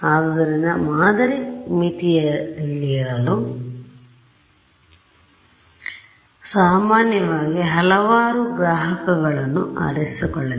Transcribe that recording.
ಆದ್ದರಿಂದ ಮಾದರಿ ಮಿತಿಯಲ್ಲಿರಲು ಸಾಮಾನ್ಯವಾಗಿ ಹಲವಾರು ಗ್ರಾಹಕಗಳನ್ನು ಆರಿಸಿಕೊಳ್ಳಬೇಕು